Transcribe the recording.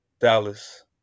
Dallas